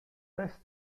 best